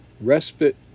Respite